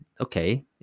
okay